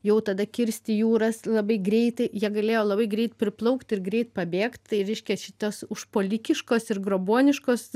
jau tada kirsti jūras labai greitai jie galėjo labai greit priplaukt ir greit pabėgt tai reiškia šitos užpuolitiškos ir grobuoniškos